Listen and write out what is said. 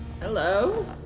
hello